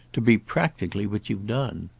to be practically what you've done.